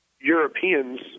Europeans